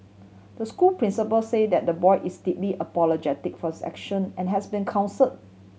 the school principal say that the boy is deeply apologetic for his action and has been counsel